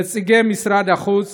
נציגי משרד החוץ